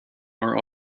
are